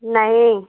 नहीं